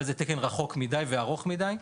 אבל זה תקן רחוק מדי וארוך מדי.